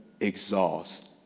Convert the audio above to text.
exhaust